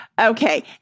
Okay